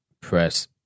press